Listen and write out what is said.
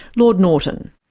lord norton.